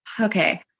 okay